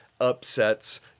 upsets